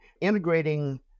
integrating